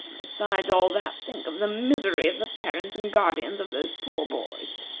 besides all that, think of the misery of the parents and guardians of those poor boys.